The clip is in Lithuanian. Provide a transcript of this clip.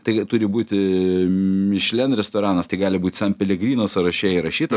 tai turi būti mišlen restoranas tai gali būti san pelegrino sąraše įrašytas